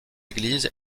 église